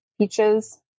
peaches